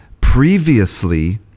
previously